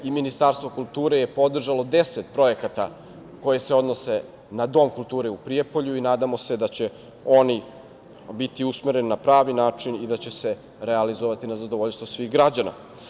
Ministarstvo kulture je podržalo deset projekta koji se odnose na Dom kulture u Prijepolju i nadamo se da će oni biti usmereni na pravi način i da će se realizovati na zadovoljstvo svih građana.